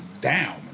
down